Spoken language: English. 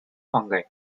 fungi